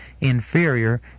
inferior